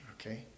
Okay